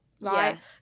Right